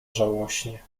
żałośnie